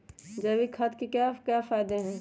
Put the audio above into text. जैविक खाद के क्या क्या फायदे हैं?